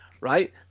right